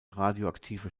radioaktive